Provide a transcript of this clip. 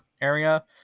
area